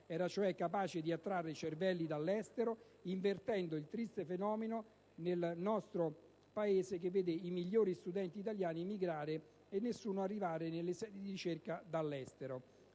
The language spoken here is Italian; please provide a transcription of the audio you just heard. era cioè capace di attrarre cervelli dall'estero, invertendo il triste fenomeno del nostro Paese che vede i migliori studenti italiani emigrare e nessuno arrivare nelle sedi di ricerca dall'estero.